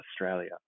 Australia